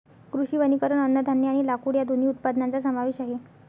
कृषी वनीकरण अन्नधान्य आणि लाकूड या दोन्ही उत्पादनांचा समावेश आहे